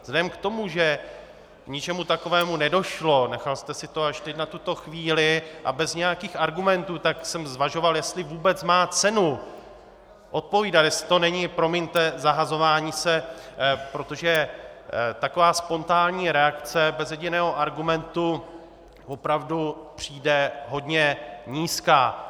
Vzhledem k tomu, že k ničemu takovému nedošlo, nechal jste si to až teď na tuto chvíli a bez nějakých argumentů, zvažoval jsem, jestli vůbec má cenu odpovídat, jestli to není, promiňte, zahazování se, protože taková spontánní reakce bez jediného argumentu opravdu přijde hodně nízká.